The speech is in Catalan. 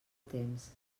temps